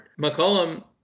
McCollum